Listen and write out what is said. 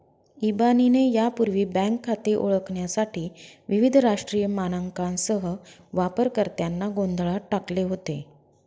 इबानीने यापूर्वी बँक खाते ओळखण्यासाठी विविध राष्ट्रीय मानकांसह वापरकर्त्यांना गोंधळात टाकले होते